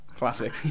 classic